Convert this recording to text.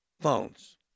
phones